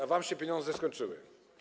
A wam się pieniądze skończyły.